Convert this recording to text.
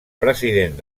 president